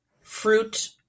fruit